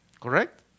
correct